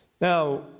Now